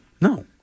No